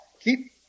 keep